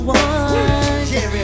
one